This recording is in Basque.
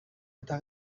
eta